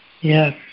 Yes